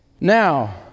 Now